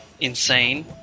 insane